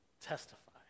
testify